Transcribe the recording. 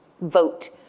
vote